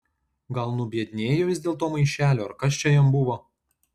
gal nubiednėjo jis dėl to maišelio ar kas čia jam buvo